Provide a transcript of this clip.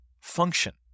function